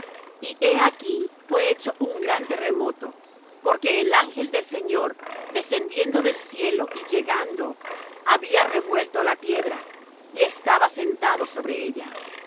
y he aquí fué hecho un gran terremoto porque el ángel del señor descendiendo del cielo y llegando había revuelto la piedra y estaba sentado sobre ella